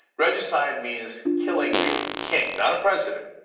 regicide means, killing a king, not a president.